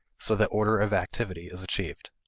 so that order of activity is achieved.